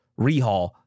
rehaul